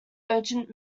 urgent